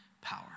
power